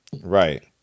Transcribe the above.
Right